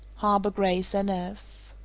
harbor grace, n f.